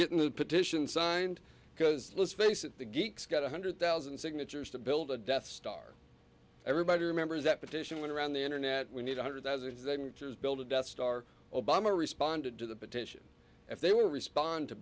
getting the petition signed because let's face it the geeks got one hundred thousand signatures to build a death star everybody remembers that petition went around the internet we need a hundred thousand signatures build a death star obama responded to the petition if they will respond to